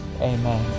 amen